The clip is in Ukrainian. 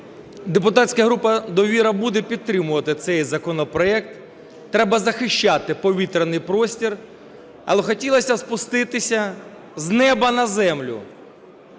Депутатська група "Довіра" буде підтримувати цей законопроект, треба захищати повітряний простір. Але хотілося спуститися з неба на землю.